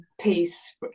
peace